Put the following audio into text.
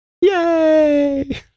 Yay